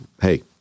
hey